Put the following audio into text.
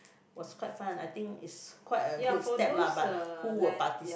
was quite fun I think is quite a good step lah but who will partici~